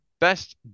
Best